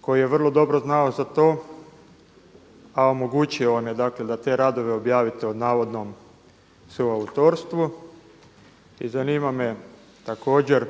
koji je vrlo dobro znao za to, a omogućio vam je, dakle da te radove objavite o navodnom suautorstvu. I zanima me također